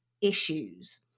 issues